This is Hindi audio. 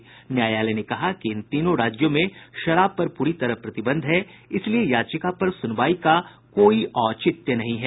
शीर्ष न्यायालय ने कहा कि इन तीनों राज्यों में शराब पर पूरी तरह प्रतिबंध है इसलिए याचिका पर सुनवाई का कोई औचित्य नहीं है